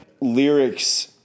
lyrics